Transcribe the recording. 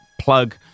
Plug